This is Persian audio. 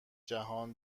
جهان